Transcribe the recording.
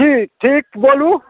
की ठीक बोलू